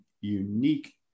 unique